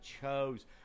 chose